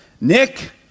Nick